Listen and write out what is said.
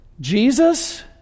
Jesus